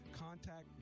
contact